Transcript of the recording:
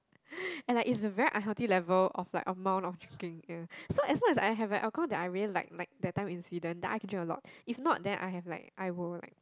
and like is a very unhealthy level of like amount of drinking yeah so as long as I have a alcohol that I really like like that time in Sweden then I can drink a lot if not then I have like I will like